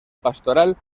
pastoral